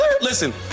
Listen